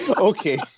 okay